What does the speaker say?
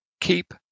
Keep